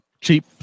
cheap